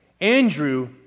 Andrew